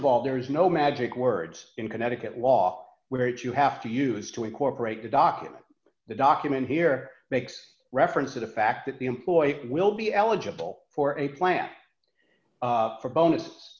of all there's no magic words in connecticut law where you have to use to incorporate the document the document here makes reference to the fact that the employer will be eligible for a plan for bonus